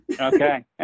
Okay